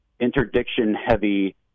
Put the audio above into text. interdiction-heavy